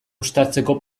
uztartzeko